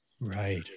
Right